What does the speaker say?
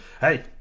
hey